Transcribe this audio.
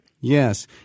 Yes